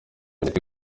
imiti